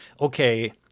okay